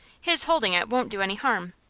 his holding it won't do any harm.